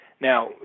Now